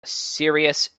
serious